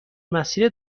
مسیر